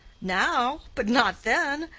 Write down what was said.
now, but not then.